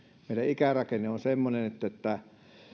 meidän ikärakenne on semmoinen että elinkeinoelämä